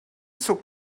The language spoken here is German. zuckt